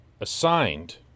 assigned